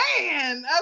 man